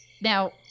Now